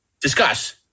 Discuss